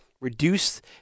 Reduce